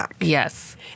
Yes